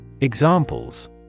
Examples